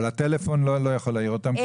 אבל הטלפון לא יכול להעיר אותם?